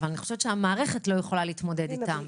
אבל אני חושבת שהמערכת לא יכולה להתמודד איתם.